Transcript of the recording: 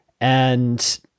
And-